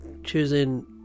Choosing